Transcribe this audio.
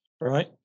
Right